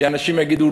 אנשים יגידו,